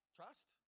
trust